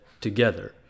together